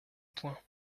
point